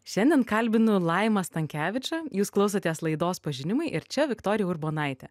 šiandien kalbinu laimą stankevičą jūs klausotės laidos pažinimai ir čia viktorija urbonaitė